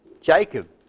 Jacob